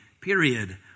period